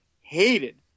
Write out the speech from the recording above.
hated